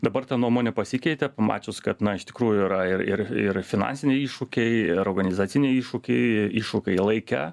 dabar ta nuomonė pasikeitė pamačius kad na iš tikrųjų yra ir ir ir finansiniai iššūkiai ir oganizaciniai iššūkiai iššūkiai laike